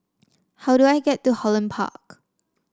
how do I get to Holland Park